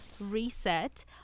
reset